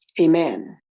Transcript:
Amen